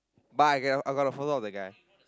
but I get I got the photo of the guy